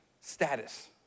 status